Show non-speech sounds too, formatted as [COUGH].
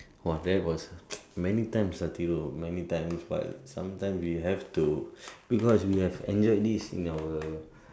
!wah! there was [NOISE] many times ah Thiru many times but sometime we have to because we have enjoyed this in your